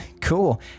cool